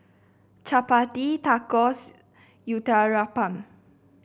Chapati Tacos Uthapam